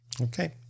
Okay